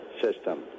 System